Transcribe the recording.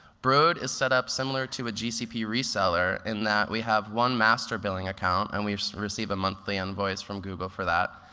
broad is set up similar to a gcp reseller in that we have one master billing account, and we receive a monthly invoice from google for that.